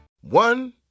One